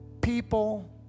people